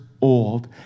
old